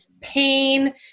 pain